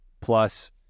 plus